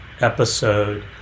episode